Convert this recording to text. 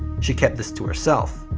she kept this to herself.